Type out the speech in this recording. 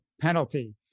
penalty